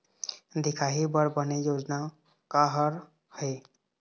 दिखाही बर बने योजना का हर हे?